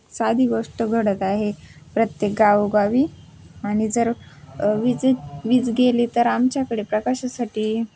साधी गोष्ट घडत आहे प्रत्येक गावोगावी आणि जर वीज वीज गेली तर आमच्याकडे प्रकाशासाठी